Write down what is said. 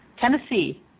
tennessee